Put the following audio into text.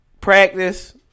Practice